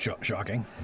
Shocking